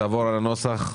תעבור על הנוסח,